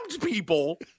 people